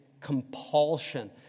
compulsion